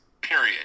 period